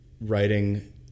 writing